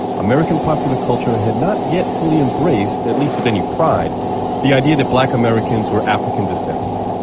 american popular culture had not yet fully embraced at least with any pride the idea that black americans were african descendants.